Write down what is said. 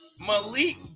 Malik